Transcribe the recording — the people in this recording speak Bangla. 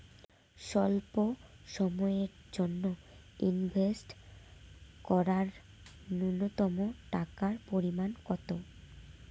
স্বল্প সময়ের জন্য ইনভেস্ট করার নূন্যতম টাকার পরিমাণ কত?